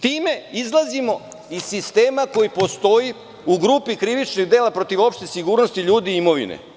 Time izlazimo iz sistema koji postoji u grupi krivičnih dela protiv opšte sigurnosti ljudi i imovine.